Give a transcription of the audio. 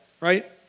right